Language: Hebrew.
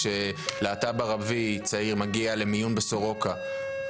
כשלהט״ב ערבי צעיר מגיע למיון בסורוקה,